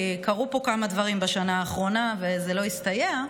כי קרו פה כמה דברים בשנה האחרונה וזה לא הסתייע,